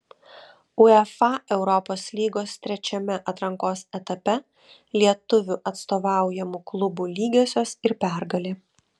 uefa europos lygos trečiame atrankos etape lietuvių atstovaujamų klubų lygiosios ir pergalė